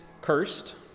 cursed